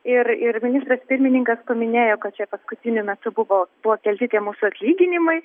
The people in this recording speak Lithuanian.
ir ir ministras pirmininkas paminėjo kad čia paskutiniu metu buvo buvo kelti tie mūsų atlyginimai